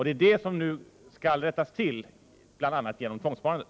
Det är det som nu skall rättas till bl.a. genom tvångssparandet.